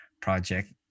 project